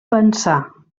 pensar